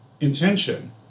intention